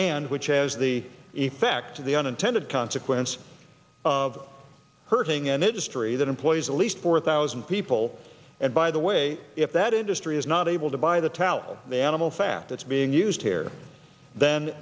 and which has the effect the unintended consequence of hurting and industry that employs at least four thousand people and by the way if that industry is not able to buy the towel and the animal fat that's being used here then